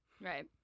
Right